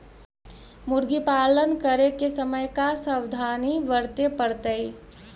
मुर्गी पालन करे के समय का सावधानी वर्तें पड़तई?